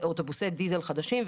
אוטובוסי דיזל חדשים.